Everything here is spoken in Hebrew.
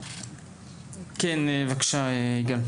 כן, בבקשה, יגאל.